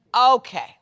Okay